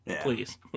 Please